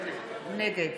נגד